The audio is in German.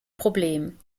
problem